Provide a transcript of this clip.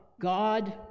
God